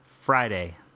Friday